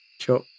Sure